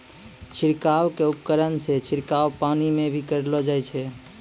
छिड़काव क उपकरण सें छिड़काव पानी म भी करलो जाय छै